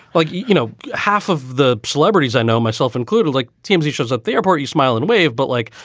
like, you know, half of the celebrities i know, myself included, like teams, he shows up the airport, you smile and wave. but like,